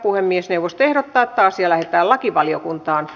puhemiesneuvosto ehdottaa että asia lähetetään lakivaliokuntaan